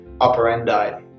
operandi